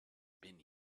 been